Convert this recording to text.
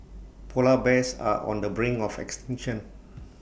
Polar Bears are on the brink of extinction